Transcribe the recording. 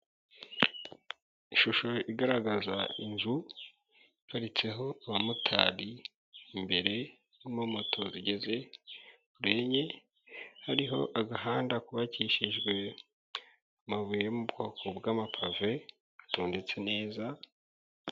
Ishusho igaragaza inzu, iparitseho abamotari, imbere hari amamoto zigeze, kuri enye, hariho agahanda kubakishijwe, amabuye yo mu bwoko bw'amapave, atondetse neza.